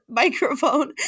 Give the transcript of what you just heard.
microphone